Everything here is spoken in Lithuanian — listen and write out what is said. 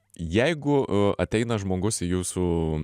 jeigu ateina žmogus į jūsų